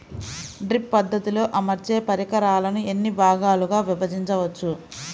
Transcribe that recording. Drip పద్ధతిలో అమర్చే పరికరాలను ఎన్ని భాగాలుగా విభజించవచ్చు?